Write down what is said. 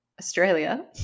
Australia